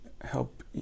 help